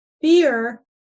beer